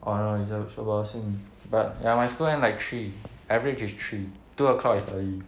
oh no it's ju~ about the same but ya my school end like three average is three two o'clock is early